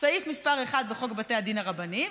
סעיף מס' 1 בחוק בתי הדין הרבניים: